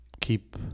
keep